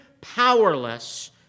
powerless